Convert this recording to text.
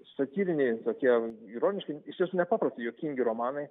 satyriniai tokie ironiški iš tiesų nepaprastai juokingi romanai